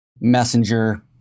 Messenger